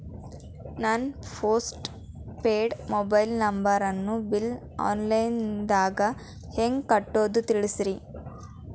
ನನ್ನ postpaid mobile ನಂಬರನ್ನು bill online ದಾಗ ಹೆಂಗ್ ಕಟ್ಟೋದು ತಿಳಿಸ್ರಿ